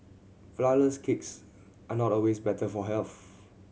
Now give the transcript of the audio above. flourless cakes are not always better for health